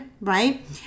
right